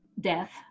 death